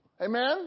Amen